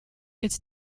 its